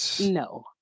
No